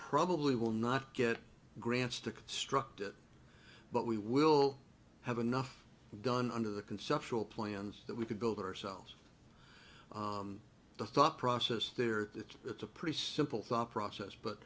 probably will not get grants to construct it but we will have enough done under the conceptual plans that we could build ourselves the thought process there that it's a pretty simple thought process but